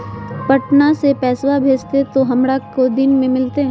पटनमा से पैसबा भेजते तो हमारा को दिन मे मिलते?